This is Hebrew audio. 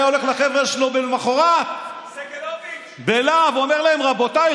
היה הולך למוחרת לחבר'ה שלו בלה"ב ואומר להם: רבותיי,